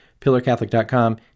PillarCatholic.com